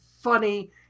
funny